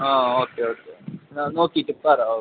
ആ okay okay ആ നോക്കീട്ട് പറ